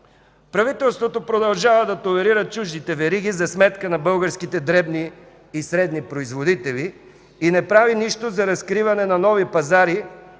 Правителството продължава да толерира чуждите вериги за сметка на българските дребни и средни производители и не прави нищо за разкриване на нови пазари